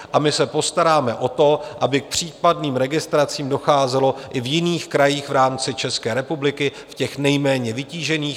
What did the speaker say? A my se postaráme o to, aby k případným registracím docházelo i v jiných krajích v rámci České republiky, v těch nejméně vytížených.